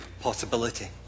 possibility